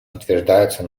подтверждается